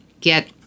get